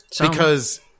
because-